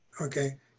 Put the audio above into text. Okay